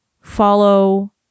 follow